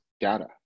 data